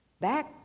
back